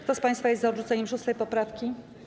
Kto z państwa jest za odrzuceniem 6. poprawki?